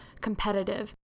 competitive